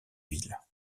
ville